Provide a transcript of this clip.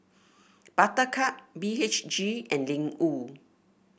Buttercup B H G and Ling Wu